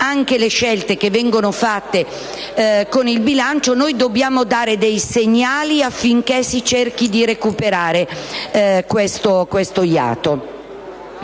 le scelte che vengono fatte con il bilancio noi dobbiamo dare dei segnali affinché si cerchi di recuperare questo iato.